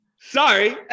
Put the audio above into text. Sorry